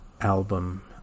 album